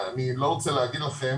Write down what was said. אני לא רוצה להגיד לכם